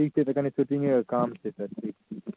ठीक छै तऽ कनि शूटिङ्गेके काम छै सर ठीक छै